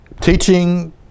Teaching